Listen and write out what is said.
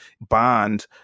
bond